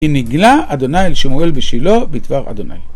"כי נגלה אדוני אל שמואל בשילה בדבר אדוני".